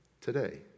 today